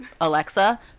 Alexa